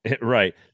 Right